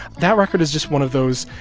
that record is just one of those,